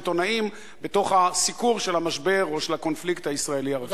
עיתונאים בתוך הסיקור של המשבר או של הקונפליקט הישראלי-ערבי.